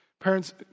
Parents